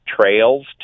trails